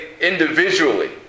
individually